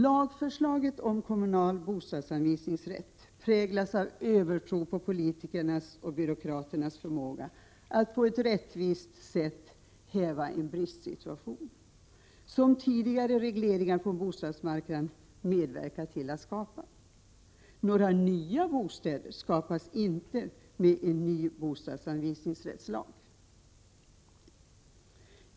Lagförslaget om kommunal bostadsanvisningsrätt präglas av övertro på politikers och byråkraters förmåga att på ett rättvist sätt häva en bristsituation som tidigare regleringar på bostadsmarknaden medverkat till att skapa. Några nya bostäder skapas inte med en ny bostadsanvisningsrättslag.